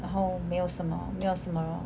然后没有什么没有什么